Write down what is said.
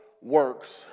works